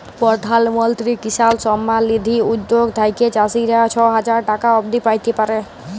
পরধাল মলত্রি কিসাল সম্মাল লিধি উদ্যগ থ্যাইকে চাষীরা ছ হাজার টাকা অব্দি প্যাইতে পারে